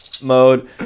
mode